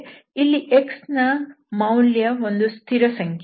ಇಲ್ಲಿ x ನ ಮೌಲ್ಯ ಒಂದು ಸ್ಥಿರ ಸಂಖ್ಯೆ